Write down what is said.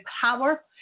power